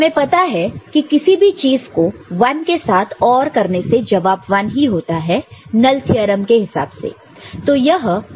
हमें पता है कि किसी भी चीज को 1 के साथ OR करने से जवाब 1 ही होता है नल थ्योरम के हिसाब से